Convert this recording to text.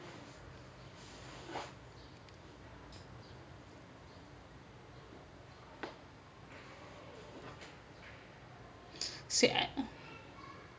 say I I